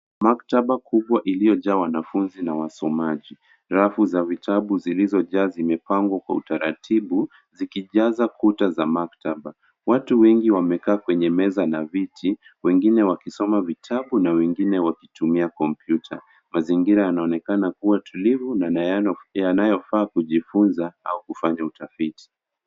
Maktaba kubwa iliyojaa wanafunzi na wasomaji. Rafu za vitabu zilizojaa zimepangwa kwa utaratibu zikijaza kuta za maktaba. Watu wengi wamekaa kwenye meza na viti, wengine wakisoma vitabu na wengine wakitumia kompyuta. Mazingira yanaonekana kuwa tulivu na yanayofaa kujifunza au kufanya utafiti.